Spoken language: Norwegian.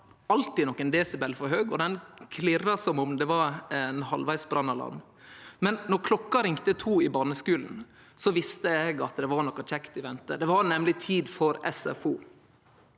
alltid nokre desibel for høg, og det klirra som om det var ein halvvegs brannalarm. Men når det ringde kl. 14 i barneskulen, visste eg at det var noko kjekt i vente – det var nemleg tid for SFO.